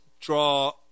draw